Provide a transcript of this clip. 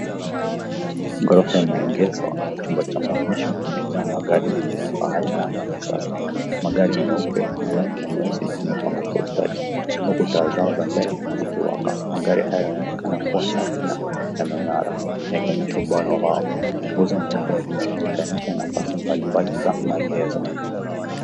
Ngome ya maegezo au chumba cha maonyesho kimejaa magari ya kifahari na ya kisasa. Magari meupe, buluu na meusi yamepangwa kwa ustadi huku taa zao za mbele zikiwaka. Magari hayo yanaonekana kuwa safi na yameng'ara yakionyesha ubora wao. Nguzo nyeupe imetenganisha nafasi mbalimbali za maegezo.